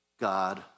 God